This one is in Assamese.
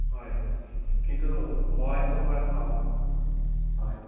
হয় কিন্তু মই তোমাৰ চাউণ্ড হয়